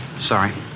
Sorry